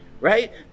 right